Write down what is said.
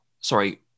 sorry